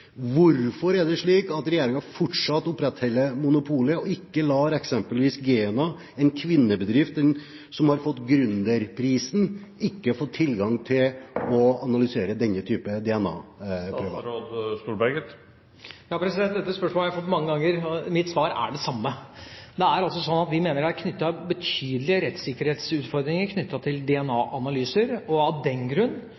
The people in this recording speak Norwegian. Hvorfor er det slik at regjeringen fortsatt opprettholder monopolet og ikke bruker eksempelvis GENA, en kvinnebedrift som har fått gründerprisen? Hvorfor har ikke de fått tilgang til å analysere denne typen DNA-prøver? Dette spørsmålet har jeg fått mange ganger, og mitt svar er det samme. Det er altså sånn at vi mener det er knyttet betydelige rettssikkerhetsutfordringer til